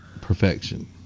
perfection